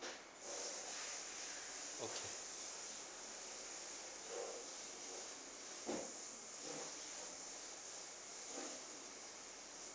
okay